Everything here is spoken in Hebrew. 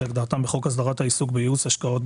כהגדרתם בחוק הסדרת העיסוק בייעוץ השקעות,